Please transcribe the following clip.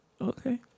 Okay